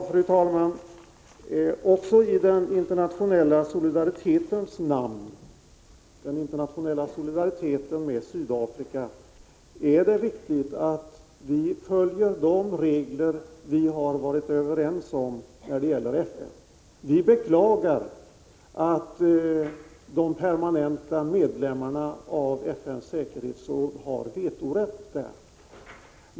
Fru talman! Även då det gäller den internationella solidariteten med Sydafrika är det viktigt att vi följer de regler som vi varit eniga om i FN. Vi 37 kan beklaga att de permanenta medlemmarna av FN:s säkerhetsråd har vetorätt.